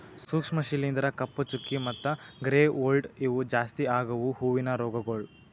ಸೂಕ್ಷ್ಮ ಶಿಲೀಂಧ್ರ, ಕಪ್ಪು ಚುಕ್ಕಿ ಮತ್ತ ಗ್ರೇ ಮೋಲ್ಡ್ ಇವು ಜಾಸ್ತಿ ಆಗವು ಹೂವಿನ ರೋಗಗೊಳ್